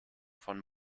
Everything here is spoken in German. von